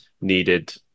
needed